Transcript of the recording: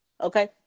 Okay